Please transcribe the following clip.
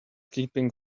keeping